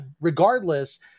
Regardless